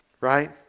Right